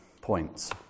points